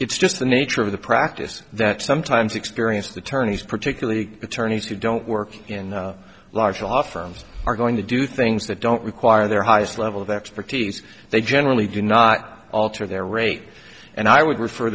it's just the nature of the practice that sometimes experience the tourney's particularly attorneys who don't work in large law firms are going to do things that don't require their highest level of expertise they generally do not alter their rate and i would refer